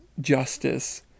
justice